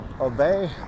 obey